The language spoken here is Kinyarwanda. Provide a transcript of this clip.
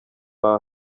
aha